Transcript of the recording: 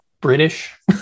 British